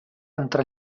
entre